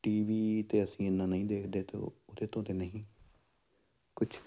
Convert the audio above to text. T V 'ਤੇ ਅਸੀਂ ਇੰਨਾ ਨਹੀਂ ਦੇਖਦੇ ਅਤੇ ਉਹਦੇ ਤੋਂ ਤਾਂ ਨਹੀਂ ਕੁਛ